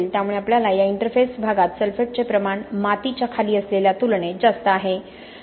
त्यामुळे आपल्याला या इंटरफेस प्रदेशात सल्फेटचे प्रमाण मातीच्या खाली असलेल्या तुलनेत जास्त आहे